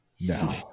No